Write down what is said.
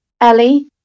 Ellie